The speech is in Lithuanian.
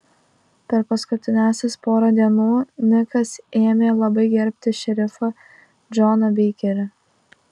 per paskutiniąsias porą dienų nikas ėmė labai gerbti šerifą džoną beikerį